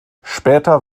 später